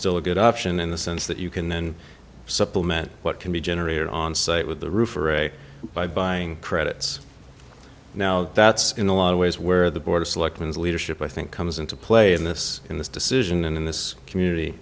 still a good option in the sense that you can then supplement what can be generated on site with the roof array by buying credits now that's in a lot of ways where the board of selectmen is leadership i think comes into play in this in this decision and in this community